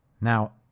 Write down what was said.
Now